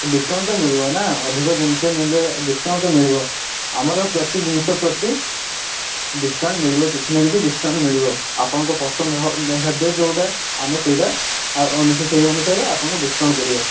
discount ତ ମିଳିବନା ଅଧିକ ଜିନିଷ ନେଲେ ଡିସକାଉଣ୍ଟ ତ ମିଳିବ ଆମର ପ୍ରତି ଜିନିଷ ପ୍ରତି ଡିସକାଉଣ୍ଟ ମିଳିବ କିଛି ନା କିଛି ଡିସକାଉଣ୍ଟ ମିଳିବ ଆପଣଙ୍କ ପସନ୍ଦ ହେବେ ଯୋଉଟା ଆମେ ସେଇଟା ଆ ଅନୁସାର ସେଇ ଅନୁସାରେ ଆପଣଙ୍କୁ ଡିସକାଉଣ୍ଟ କରିବା